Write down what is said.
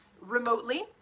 remotely